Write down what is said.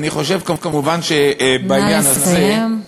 נא לסיים.